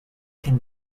can